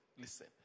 listen